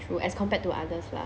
true as compared to others lah